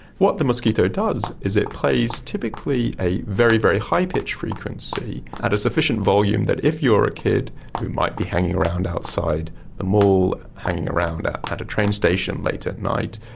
what the mosquito does is it plays typically a very, very high-pitched frequency at a sufficient volume that if you are a kid who might be hanging around outside the mall, having around at at a train station late at night,